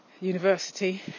university